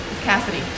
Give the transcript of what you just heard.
Cassidy